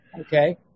Okay